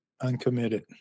Uncommitted